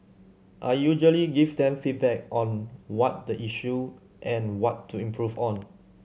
I usually give them feedback on what the issue and what to improve on